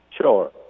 sure